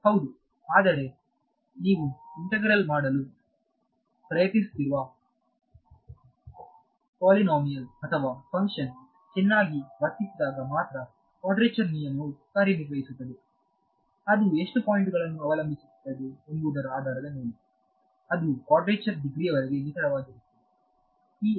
ಹೌದು ಆದರೆ ನೀವು ಇಂಥಗ್ರೀಟ್ ಮಾಡಲು ಪ್ರಯತ್ನಿಸುತ್ತಿರುವ ಪೋಲೈನೋಮಿಯಲ್ ಅಥವಾ ಫಂಕ್ಷನ್ ಚೆನ್ನಾಗಿ ವರ್ತಿಸಿದಾಗ ಮಾತ್ರ ಕ್ವಾಡ್ರೇಚರ್ ನಿಯಮವು ಕಾರ್ಯನಿರ್ವಹಿಸುತ್ತದೆ ಅದು ಎಷ್ಟು ಪಾಯಿಂಟು ಗಳನ್ನು ಅವಲಂಬಿಸಿರುತ್ತದೆ ಎಂಬುದರ ಆಧಾರದ ಮೇಲೆ ಅದು ಕ್ವಾಡ್ರೇಚರ್ ಡಿಗ್ರಿವರೆಗೆ ನಿಖರವಾಗೀರುತ್ತದೆ